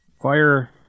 Fire